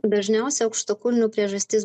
dažniausia aukštakulnių priežastis